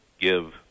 give